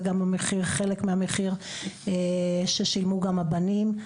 זה גם חלק מהמחיר ששילמו הבנים.